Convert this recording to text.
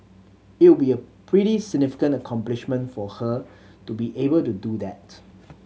it would be a pretty significant accomplishment for her to be able to do that